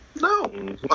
no